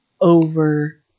over